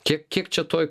tiek kiek čia tuoj